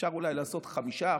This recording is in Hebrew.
אפשר אולי לעשות 5%,